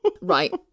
right